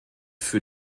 für